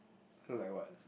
oh like what